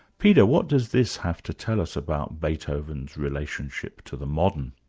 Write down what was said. peter, what does this have to tell us about beethoven's relationship to the modern?